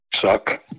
Suck